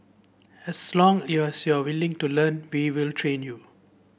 as long you're willing to learn we will train you